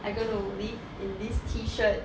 I going to live in this t-shirt